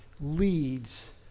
leads